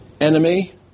enemy